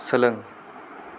सोलों